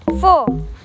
Four